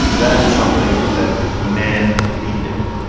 that is something that men lead in.